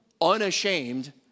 unashamed